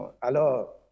Alors